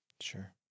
Sure